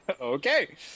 Okay